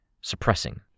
suppressing